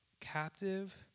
captive